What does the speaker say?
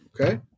Okay